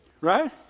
Right